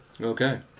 Okay